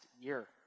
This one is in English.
year